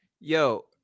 Yo